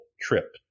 trip